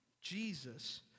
Jesus